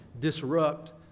disrupt